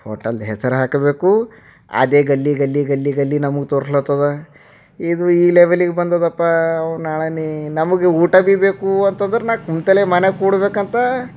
ಹೋಟೆಲ್ದು ಹೆಸರು ಹಾಕಬೇಕು ಅದೇ ಗಲ್ಲಿ ಗಲ್ಲಿ ಗಲ್ಲಿ ಗಲ್ಲಿ ನಮಗೆ ತೋರಿಸ್ಲತ್ತದ ಇದು ಈ ಲೆವೆಲಿಗೆ ಬಂದದಪ್ಪ ನಾಳೆನೀ ನಮಗೆ ಊಟ ಭಿ ಬೇಕು ಅಂತಂದ್ರೆ ನಾ ಕೂತಲ್ಲೇ ಮನ್ಯಾಗೆ ಕೂಡಬೇಕಂತ